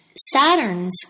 Saturn's